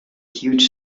huge